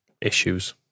issues